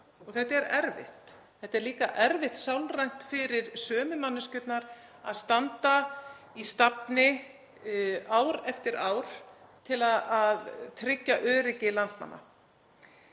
og þetta er erfitt. Það er líka erfitt sálrænt fyrir sömu manneskjurnar að standa í stafni ár eftir ár til að tryggja öryggi landsmanna.